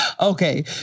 Okay